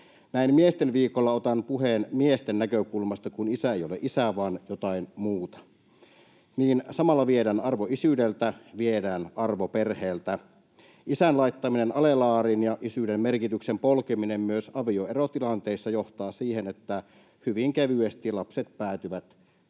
Miesten viikolla otan puheen miesten näkökulmasta, kun isä ei ole isä vaan jotain muuta. Samalla viedään arvo isyydeltä, viedään arvo perheeltä. Isän laittaminen alelaariin ja isyyden merkityksen polkeminen myös avioerotilanteissa johtavat siihen, että hyvin kevyesti lapset päätyvät